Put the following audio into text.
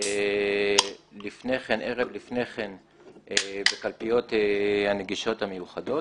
ערב לפני כן בקלפיות הנגישות המיוחדות.